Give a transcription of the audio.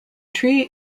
tree